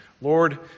Lord